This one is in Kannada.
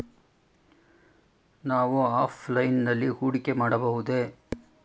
ನಾವು ಆಫ್ಲೈನ್ ನಲ್ಲಿ ಹೂಡಿಕೆ ಮಾಡಬಹುದೇ?